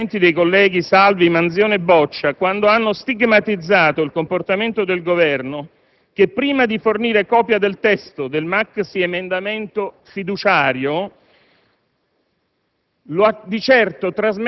Ho apprezzato ieri in Aula gli interventi dei colleghi Salvi, Manzione e Boccia quando hanno stigmatizzato il comportamento del Governo che, prima di fornire copia del testo del maxiemendamento fiduciario,